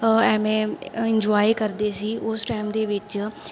ਐਵੇਂ ਇੰਜੋਏ ਕਰਦੇ ਸੀ ਉਸ ਟਾਈਮ ਦੇ ਵਿੱਚ